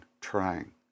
trying